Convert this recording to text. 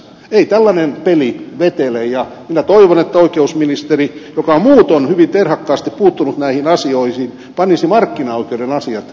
ei tällainen peli vetele ja kyllä toivon että oikeusministeri joka muutoin hyvin terhakkaasti on puuttunut näihin asioihin panisi markkinaoikeuden asiat todella kuntoon